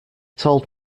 told